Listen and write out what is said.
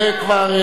זה כבר,